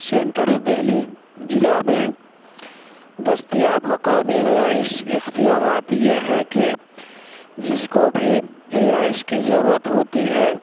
central Delhi ضلع میں دستیاب مقامی رہائش اختیارات یہ ہیں کہ جس کو بھی رہائش کی ضرورت ہوتی ہے